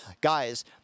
Guys